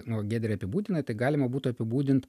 nu giedrė apibūdina tai galima būtų apibūdint